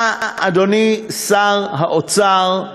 אתה, אדוני שר האוצר,